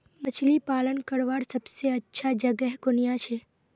मछली पालन करवार सबसे अच्छा जगह कुनियाँ छे?